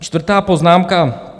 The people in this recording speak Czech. Čtvrtá poznámka.